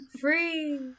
Free